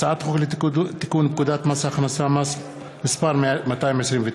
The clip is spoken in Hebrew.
הצעת חוק לתיקון פקודת מס הכנסה (מס' 229)